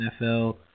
NFL